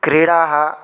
क्रीडाः